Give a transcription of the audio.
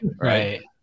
Right